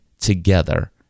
together